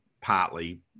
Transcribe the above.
partly